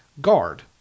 guard